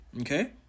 okay